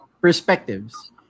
perspectives